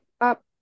up